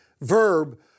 verb